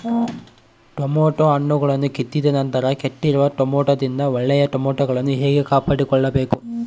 Tomato ಹಣ್ಣುಗಳನ್ನು ಕಿತ್ತಿದ ನಂತರ ಕೆಟ್ಟಿರುವ ಟೊಮೆಟೊದಿಂದ ಒಳ್ಳೆಯ ಟೊಮೆಟೊಗಳನ್ನು ಹೇಗೆ ಕಾಪಾಡಿಕೊಳ್ಳಬೇಕು?